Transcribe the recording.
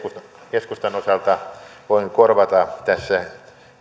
keskustan osalta voin korvata tässä